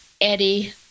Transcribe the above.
Eddie